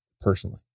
personally